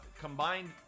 combined